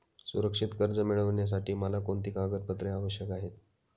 सुरक्षित कर्ज मिळविण्यासाठी मला कोणती कागदपत्रे आवश्यक आहेत